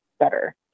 better